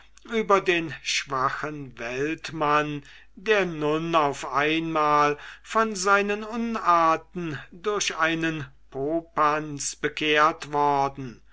über den schwachen weltmann der nun auf einmal von seinen unarten durch einen popanz bekehrt worden